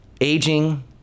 aging